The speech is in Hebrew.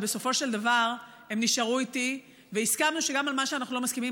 ובסופו של דבר הם נשארו איתי והסכמנו שגם על מה שאנחנו לא מסכימים,